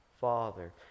Father